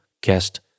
guest